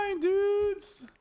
dudes